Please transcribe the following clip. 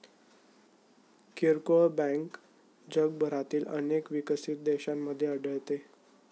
किरकोळ बँक जगभरातील अनेक विकसित देशांमध्ये आढळते